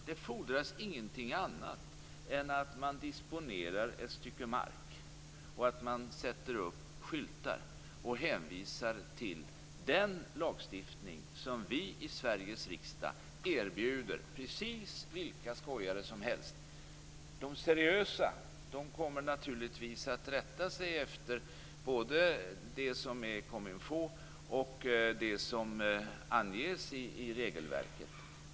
Det fordras ingenting annat än att man disponerar ett stycke mark, att man sätter upp skyltar och hänvisar till den lagstiftning som vi i Sveriges riksdag erbjuder precis vilka skojare som helst. De som är seriösa rättar sig naturligtvis efter både det som är comme-il-faut och det som anges i regelverket.